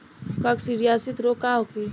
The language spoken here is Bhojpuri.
काकसिडियासित रोग का होखे?